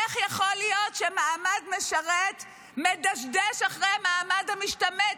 איך יכול להיות שמעמד משרת מדשדש אחרי מעמד המשתמט?